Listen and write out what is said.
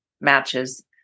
matches